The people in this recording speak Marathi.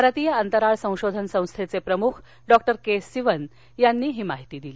भारतीय अंतराळ संशोधन संस्थेचे प्रमुख डॉक्टर के सिवन यांनी ही माहिती दिली